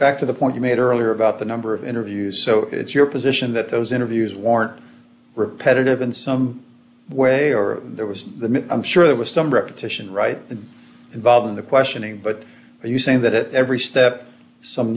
back to the point you made earlier about the number of interviews so it's your position that those interviews warrant repetitive in some way or there was the i'm sure there was some repetition right involved in the questioning but are you saying that at every step some